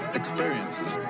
experiences